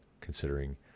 considering